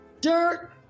dirt